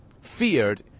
feared